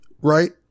Right